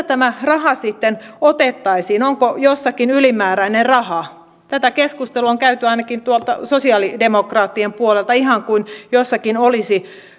tämä raha sitten otettaisiin onko jossakin ylimääräinen raha tätä keskustelua on käyty ainakin tuolta sosiaalidemokraattien puolelta ihan kuin jossakin olisi